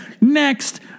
Next